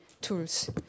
tools